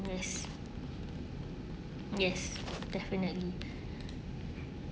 yes yes definitely